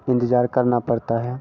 इन्तजार करना पड़ता है